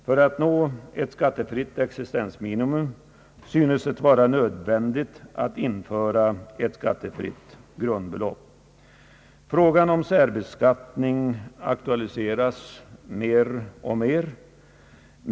För att nå ett skattefritt existensminimum synes det vara nödvändigt att införa ett skattefritt grundbelopp. Frågan om särbeskattning aktualiseras mer och mer.